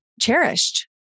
cherished